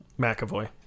McAvoy